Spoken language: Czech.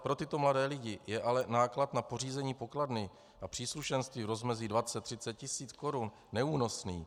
Pro tyto mladé lidi je ale náklad na pořízení pokladny a příslušenství v rozmezí dvacet třicet tisíc korun neúnosný.